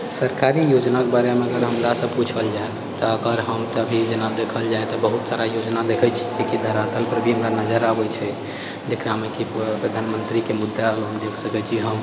सरकारी योजनाक बारेमे अगर हमरासऽ पूछल जाए तऽ एकर हम तऽ अभी जेना देखल जाए तऽ बहुत सारा योजना देखै छियै जे कि धरातलपर भी हमरा नजर आबै छै जेकरामे कि प्रधानमन्त्रीके मुद्रा लोन देख सकै छी हम